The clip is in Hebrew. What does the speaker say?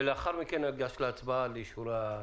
ולאחר מכן אגש להצבעה לאישור התקנות.